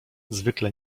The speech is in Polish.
zwykle